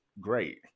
great